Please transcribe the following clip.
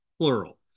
plural